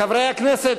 חברי הכנסת,